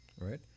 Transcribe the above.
right